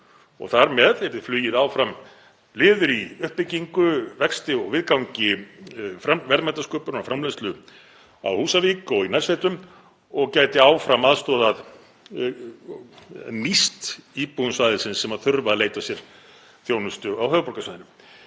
Þar með yrði flugið áfram liður í uppbyggingu, vexti og viðgangi verðmætasköpunar og framleiðslu á Húsavík og í nærsveitum og gæti áfram nýst íbúum svæðisins sem þurfa að leita sér þjónustu á höfuðborgarsvæðinu.